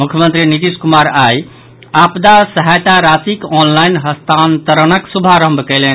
मुख्यमंत्री नीतीश कुमार आइ आपदा सहायता राशिक ऑनलाईन हस्तांतरणक शुभारंभ कयलनि